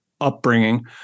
upbringing